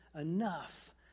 enough